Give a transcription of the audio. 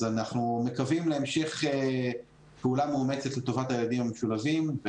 אז אנחנו מקווים להמשיך פעולה מאומצת לטובת הילדים המשולבים.